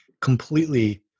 completely